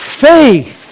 faith